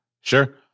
Sure